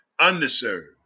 underserved